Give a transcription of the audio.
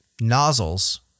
nozzles